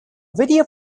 video